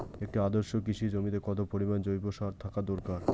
একটি আদর্শ কৃষি জমিতে কত পরিমাণ জৈব সার থাকা দরকার?